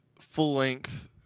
full-length